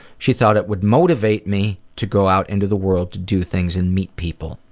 she thought it would motivate me to go out into the world to do things and meet people.